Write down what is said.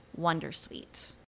wondersuite